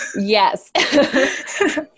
Yes